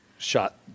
Shot